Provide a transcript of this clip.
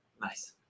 Nice